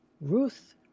Ruth